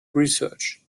research